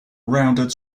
rounded